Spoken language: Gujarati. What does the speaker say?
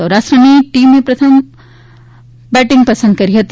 સૌરાષ્ટ્રની ટીમે પ્રથમ બોલિંગ પસંદ કરી હતી